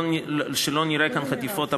ושלא נראה כאן את החטיפות הבאות.